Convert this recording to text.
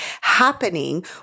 happening